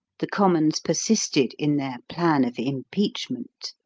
the commons persisted in their plan of impeachment.